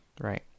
right